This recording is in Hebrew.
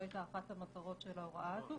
זאת היתה אחת מהמטרות של ההוראה הזאת.